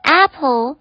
apple